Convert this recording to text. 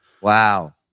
Wow